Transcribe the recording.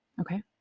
Okay